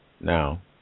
now